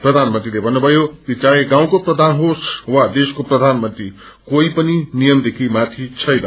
प्रधानमन्त्रीले भन्नुभयो कि चाहे गाँउको प्रधान होस् वा देशको प्रधानमन्त्री कोही पनि नियमदेखि माथि छैन